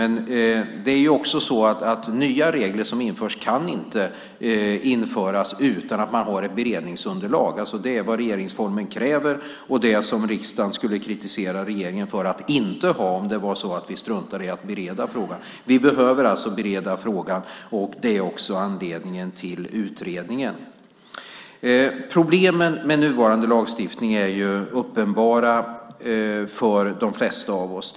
Men nya regler kan inte införas utan att man har ett beredningsunderlag. Det är vad regeringsformen kräver. Riksdagen skulle kritisera regeringen om det var så att vi struntade i att bereda frågan. Vi behöver alltså bereda frågan. Det är också anledningen till utredningen. Problemen med nuvarande lagstiftning är uppenbara för de flesta av oss.